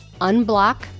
unblock